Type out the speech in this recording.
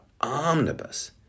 omnibus